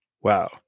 Wow